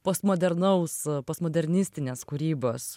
postmodernaus postmodernistinės kūrybos